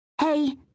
Hey